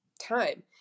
time